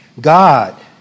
God